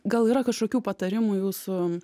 gal yra kažkokių patarimų jūsų